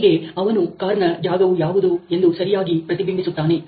ಹೀಗೆ ಅವನ ಕಾರ್ ನ ಜಾಗವು ಯಾವುದು ಎಂದು ಸರಿಯಾಗಿ ಪ್ರತಿಬಿಂಬಿಸುತ್ತಾನೆ